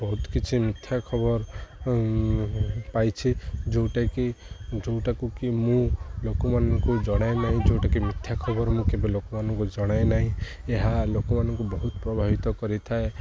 ବହୁତ କିଛି ମିଥ୍ୟା ଖବର ପାଇଛି ଯେଉଁଟାକି ଯେଉଁଟାକୁ କି ମୁଁ ଲୋକମାନଙ୍କୁ ଜଣାଏ ନାହିଁ ଯେଉଁଟା କିି ମିଥ୍ୟା ଖବର ମୁଁ କେବେ ଲୋକମାନଙ୍କୁ ଜଣାଏ ନାହିଁ ଏହା ଲୋକମାନଙ୍କୁ ବହୁତ ପ୍ରଭାବିତ କରିଥାଏ